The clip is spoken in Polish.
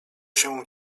się